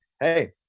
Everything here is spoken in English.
Hey